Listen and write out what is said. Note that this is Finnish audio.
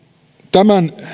tämän